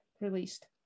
released